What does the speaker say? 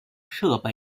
设备